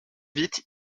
vite